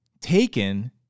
taken